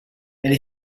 elle